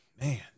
man